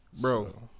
Bro